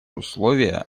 условия